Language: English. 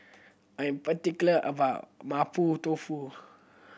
I'm particular about Mapo Tofu